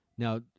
Now